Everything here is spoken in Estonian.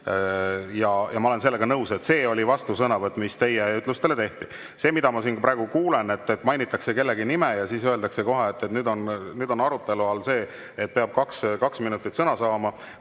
Ja ma olen sellega nõus, et see oli vastusõnavõtt, mis teie ütlustele tehti. See, mida ma siin praegu kuulen, et mainitakse kellegi nime ja siis öeldakse kohe, et nüüd on arutelu all see, et peab kaks minutit sõna saama,